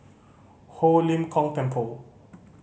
Ho Lim Kong Temple